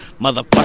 Motherfucker